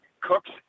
Cooks